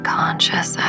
conscious